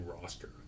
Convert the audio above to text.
roster